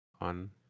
on